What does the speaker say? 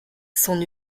son